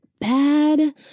bad